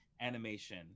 animation